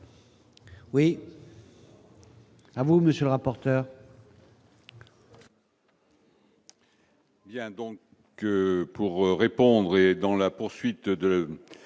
Oui. à vous, monsieur le rapporteur.